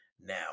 now